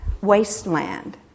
wasteland